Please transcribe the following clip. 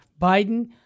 Biden